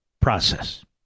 Process